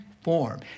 form